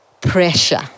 pressure